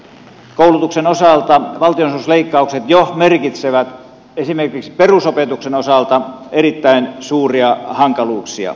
koulutuksen osalta valtionosuusleikkaukset jo merkitsevät esimerkiksi perusopetuksen osalta erittäin suuria hankaluuksia